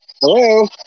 Hello